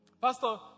pastor